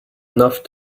enough